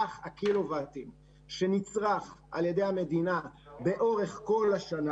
סך הקילו-וואטים שנצרך על ידי המדינה לאורך כל השנה